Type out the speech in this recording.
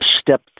step